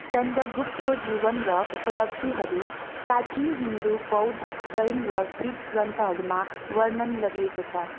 चन्द्रगुप्तको जीवन र उपलब्धिहरू प्राचिन हिन्दू बौद्ध जैन र ग्रिक ग्रन्थहरूमा वर्णन गरिएको छ